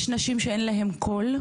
יש נשים שאין להן קול,